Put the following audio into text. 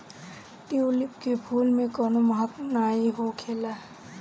tulip के फूल में कवनो महक नाइ होखेला